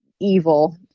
evil